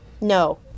no